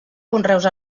conreus